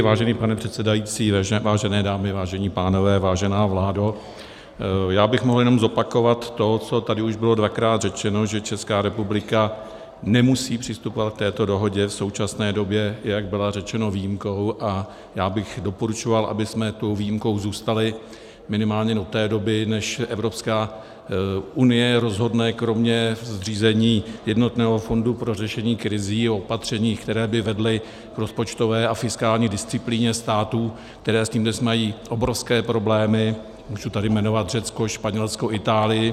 Vážený pane předsedající, vážené dámy, vážení pánové, vážená vládo, já bych mohl jenom zopakovat to, co tady už bylo dvakrát řečeno, že Česká republika nemusí přistupovat k této dohodě, v současné době, jak bylo řečeno, je výjimkou, a já bych doporučoval, abychom tou výjimkou zůstali minimálně do té doby, než Evropská unie rozhodne kromě zřízení jednotného fondu pro řešení krizí o opatřeních, která by vedla k rozpočtové a fiskální disciplíně států, které s tím dnes mají obrovské problémy, můžu tady jmenovat Řecko, Španělsko, Itálii.